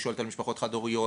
היא שואלת על משפחות חד הוריות,